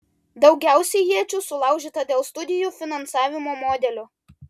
daugiausiai iečių sulaužyta dėl studijų finansavimo modelio